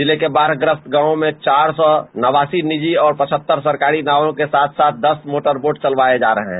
जिले के बाढ़ग्रस्त गांवों में चार सौ नवासी निजी और पचहत्तर सरकारी नावों के साथ साथ दस मोटरबोट चलवाये जा रहे हैं